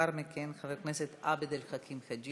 ולאחר מכן, חבר הכנסת עבד אל חכים חאג'